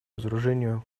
разоружению